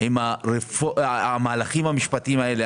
עם המהלכים המשפטיים האלה,